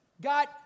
got